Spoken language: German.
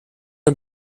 ein